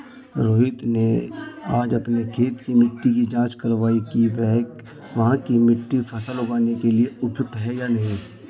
रोहित ने आज अपनी खेत की मिट्टी की जाँच कारवाई कि वहाँ की मिट्टी फसल उगाने के लिए उपयुक्त है या नहीं